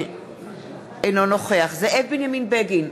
אינו נוכח זאב בנימין בגין,